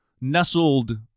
nestled